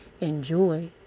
Enjoy